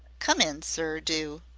come in, sir, do.